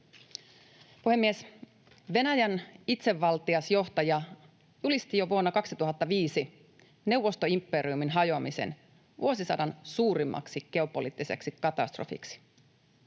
Puhemies! Venäjän itsevaltias johtaja julisti jo vuonna 2005 neuvostoimperiumin hajoamisen vuosisadan suurimmaksi geopoliittiseksi katastrofiksi.